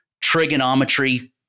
trigonometry